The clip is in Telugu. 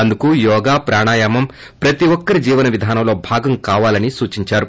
అందుకు యోగా ప్రాణాయామం ప్రతి ఒక్కరి జీవన విధానంలో భాగం కావాలని సూచిందారు